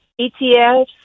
ETFs